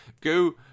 Go